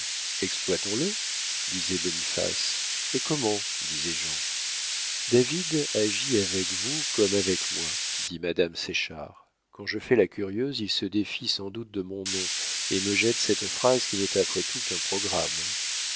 exploitons le disait boniface et comment disait jean david agit avec vous comme avec moi dit madame séchard quand je fais la curieuse il se défie sans doute de mon nom et me jette cette phrase qui n'est après tout qu'un programme